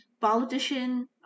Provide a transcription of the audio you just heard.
politician